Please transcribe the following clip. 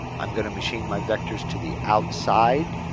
i'm going to machine my vectors to the outside.